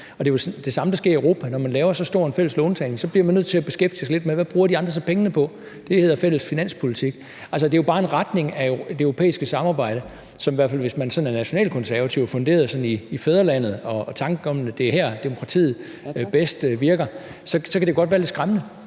det er jo det samme, der sker i Europa. Når man laver så stor en fælles låntagning, bliver man nødt til at beskæftige sig lidt med, hvad de andre så bruger pengene på. Det hedder fælles finanspolitik. Altså, det er jo bare en retning i det europæiske samarbejde, som, i hvert fald hvis man sådan er nationalkonservativ og funderet i fædrelandet og tanken om, at det er her, demokratiet bedst virker, jo godt kan være lidt skræmmende.